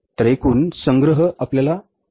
तर एकूण संग्रह आपल्याला माहिती होतील